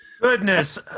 Goodness